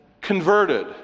converted